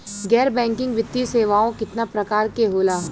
गैर बैंकिंग वित्तीय सेवाओं केतना प्रकार के होला?